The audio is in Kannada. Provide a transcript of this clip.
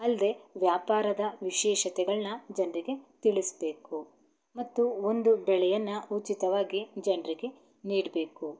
ಅಲ್ಲದೆ ವ್ಯಾಪಾರದ ವಿಶೇಷತೆಗಳನ್ನ ಜನರಿಗೆ ತಿಳಿಸಬೇಕು ಮತ್ತು ಒಂದು ಬೆಳೆಯನ್ನು ಉಚಿತವಾಗಿ ಜನರಿಗೆ ನೀಡಬೇಕು